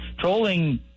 Trolling